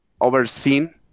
overseen